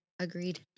Agreed